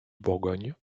bourgogne